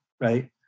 right